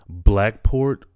Blackport